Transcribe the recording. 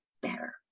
better